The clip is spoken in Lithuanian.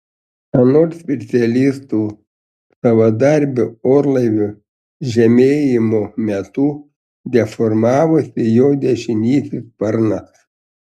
anot specialistų savadarbio orlaivio žemėjimo metu deformavosi jo dešinysis sparnas